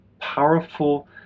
powerful